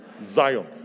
Zion